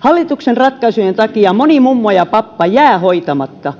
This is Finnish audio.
hallituksen ratkaisujen takia moni mummo ja pappa jää hoitamatta